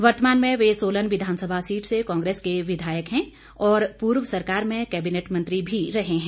वर्तमान में वे सोलन विधानसभा सीट से कांग्रेस के विधायक है और पूर्व सरकार में कैबिनेट मंत्री भी रहे है